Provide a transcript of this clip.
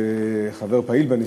חבר פעיל בנשיאות,